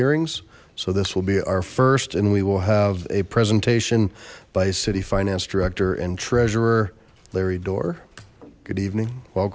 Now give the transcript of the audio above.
hearings so this will be our first and we will have a presentation by a city finance director and treasurer larry door good evening wel